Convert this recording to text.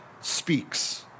speaks